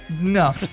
No